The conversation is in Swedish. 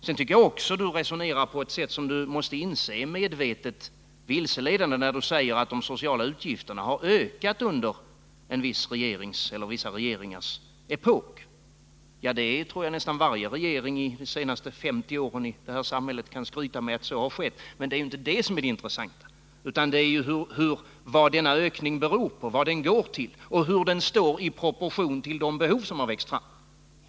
Sedan tycker jag också att Gabriel Romanus resonerar på ett sätt som han måste inse är medvetet vilseledande, när han säger att de sociala utgifterna har ökat under en viss regerings eller vissa regeringars epok. Det tror jag nästan varje regering under de senaste 50 åren i det här samhället kan skryta med. Men det är ju inte det som är det intressanta. Det är vad denna ökning beror på, vad den går till och hur den står i proportion till de behov som har vuxit fram.